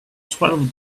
twelve